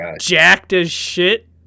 jacked-as-shit